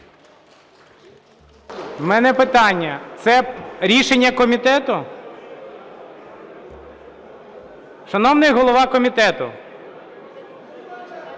В мене – питання: це рішення комітету? Шановний голова комітету.